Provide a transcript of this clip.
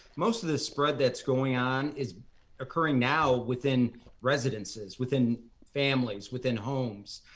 most of the spread that's going on is occurring now within residences, within families, within homes.